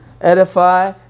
edify